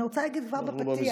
אני רוצה להגיד כבר בפתיח